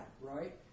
right